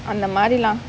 அந்தமாரி:anthamaari lah